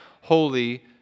holy